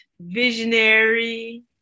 visionary